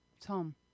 Tom